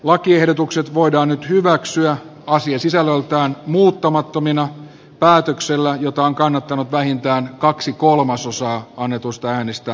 lakiehdotukset voidaan nyt hyväksyä asiasisällöltään muuttamattomina päätöksellä jota on kannattanut vähintään kaksi kolmasosaa annetuista äänistä tai hylätä